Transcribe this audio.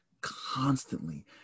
constantly